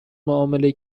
معامله